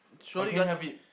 or you can have it